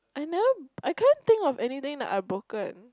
I never I can't think of anything that I've broken